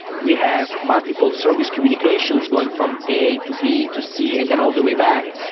we have multiple service communications going from a, to b, to c and then all the way back,